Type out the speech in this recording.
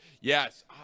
yes